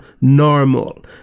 normal